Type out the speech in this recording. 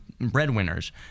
breadwinners